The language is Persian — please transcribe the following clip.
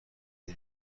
بری